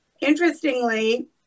Interestingly